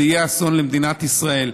זה יהיה אסון למדינת ישראל.